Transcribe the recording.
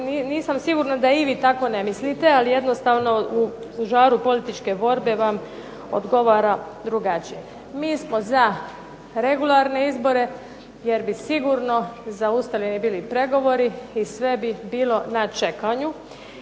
nisam sigurna da i vi tako ne mislite. Ali jednostavno u žaru političke borbe vam odgovara drugačije. Mi smo za regularne izbore, jer bi sigurno zaustavljeni bili pregovori i sve bi bilo na čekanju.